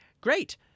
Great